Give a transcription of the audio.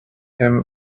him